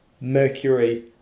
mercury